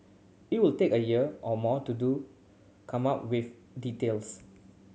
it will take a year or more to do come up with details